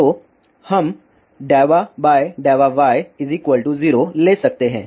तो हम ∂y 0 ले सकते हैं